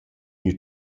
gnü